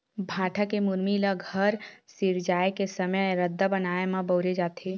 भाठा के मुरमी ल घर सिरजाए के समे रद्दा बनाए म बउरे जाथे